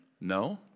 No